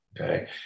Okay